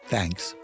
Thanks